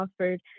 offered